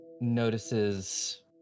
notices